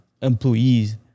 employees